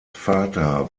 vater